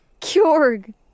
Kjorg